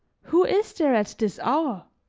who is there at this hour?